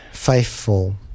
faithful